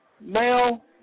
Male